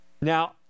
now